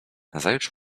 nazajutrz